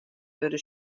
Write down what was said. wurde